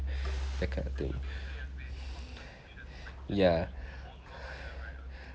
that kind of thing ya